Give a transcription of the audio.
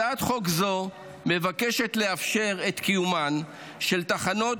הצעת חוק זו מבקשת לאפשר את קיומן של תחנות